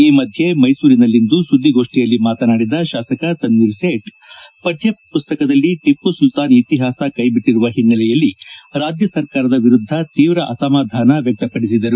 ಈ ಮಧ್ಯ ಮೈಸೂರಿನಲ್ಲಿಂದು ಸುದ್ದಿಗೋಷ್ಠಿಯಲ್ಲಿ ಮಾತನಾಡಿದ ಶಾಸಕ ತನ್ವೀರ್ ಸೇಠ್ ಪಠ್ವ ಪುಸ್ತಕದಲ್ಲಿ ಟಿಪ್ಪು ಸುಲ್ತಾನ್ ಇತಿಹಾಸ ಕೈ ಬಿಟ್ಟರುವ ಹಿನ್ನೆಲೆಯಲ್ಲಿ ರಾಜ್ಯ ಸರ್ಕಾರದ ವಿರುದ್ದ ತೀವ್ರ ಅಸಮಾಧಾನ ವ್ಯಕ್ತಪಡಿಸಿದರು